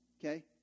Okay